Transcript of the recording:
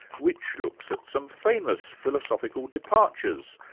which looks at some famous philosophical departures,